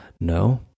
No